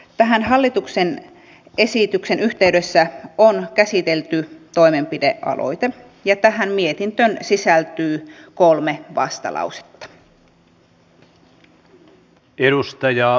tässä hallituksen esityksen yhteydessä on käsitelty toimenpidealoite ja tähän mietintöön sisältyy kolme vastalausetta